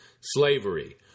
Slavery